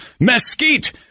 mesquite